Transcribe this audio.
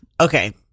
Okay